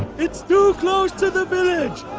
it's too close to the village!